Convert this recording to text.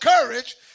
courage